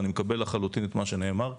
ואני מקבל לחלוטין את מה שנאמר כאן.